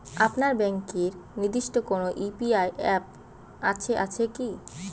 আপনার ব্যাংকের নির্দিষ্ট কোনো ইউ.পি.আই অ্যাপ আছে আছে কি?